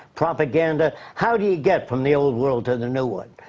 propaganda. how do you get from the old world to the new one?